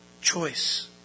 Choice